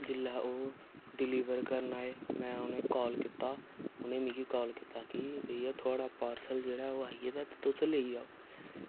जेल्लै ओह् डिलीवर करन आए में उनेंगी कॉल कीता उनें मिगी कॉल कीता कि भैया थुआढ़ा पॉर्सल आई गेदा ऐ ते तुस लेई जाओ